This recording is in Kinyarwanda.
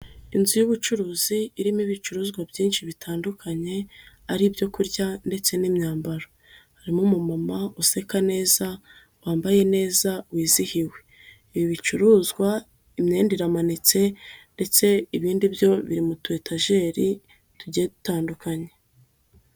Inzu y'ubucuruzi irimo ibicuruzwa byinshi bitandukanye, ari ibyo kurya ndetse n'imyambaro. Harimo umumama useka neza, wambaye neza, wizihiwe. Ibi bicuruzwa imyenda iramanitse ndetse ibindi byo biri mu tw'etajeri tugiye dutandukanye.